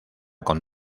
con